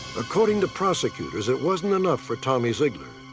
according to prosecutors, it wasn't enough for tommy zeigler.